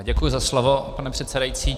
Děkuji za slovo, pane předsedající.